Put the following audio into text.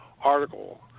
article